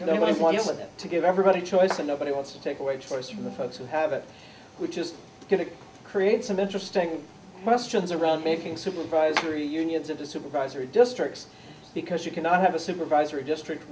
want to give everybody a choice and nobody wants to take away choice from the folks who have it which is going to create some interesting questions around making supervisory unions into supervisory districts because you cannot have a supervisory district